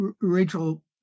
Rachel